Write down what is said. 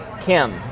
Kim